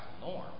norm